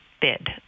bid